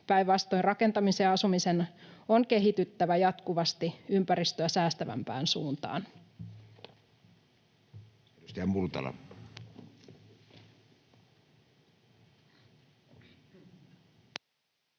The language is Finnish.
Päinvastoin rakentamisen ja asumisen on kehityttävä jatkuvasti ympäristöä säästävämpään suuntaan.